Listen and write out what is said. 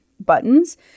buttons